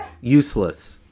useless